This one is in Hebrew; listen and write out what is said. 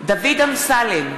דוד אמסלם,